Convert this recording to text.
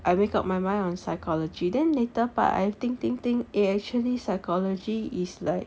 I make up my mind on psychology then later part I think think think eh actually psychology is like